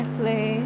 play